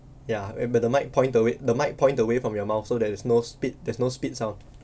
ya eh but the mic point away the mic point away from your mouth so there is no spit there's no spits sound